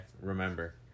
remember